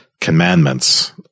commandments